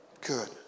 good